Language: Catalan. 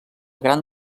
gran